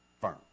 firm